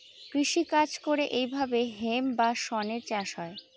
কৃষি কাজ করে এইভাবে হেম্প বা শনের চাষ হয়